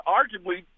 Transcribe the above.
arguably